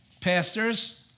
pastors